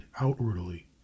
outwardly